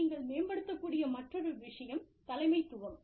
நீங்கள் மேம்படுத்தக்கூடிய மற்றொரு விஷயம் தலைமைத்துவம்